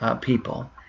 people